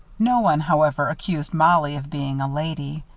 no one, however, accused mollie of being a lady.